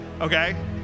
okay